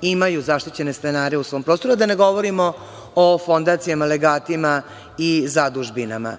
imaju zaštićene stanare u svom prostoru, a da ne govorimo o fondacijama, legatima i zadužbinama.